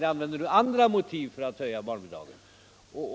Ni använder nu andra motiv för att tidigarelägga höjningen.